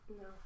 No